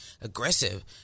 aggressive